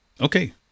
okay